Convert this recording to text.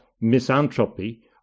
misanthropy